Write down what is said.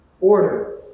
Order